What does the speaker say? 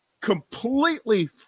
completely